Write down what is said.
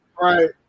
right